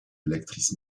l’actrice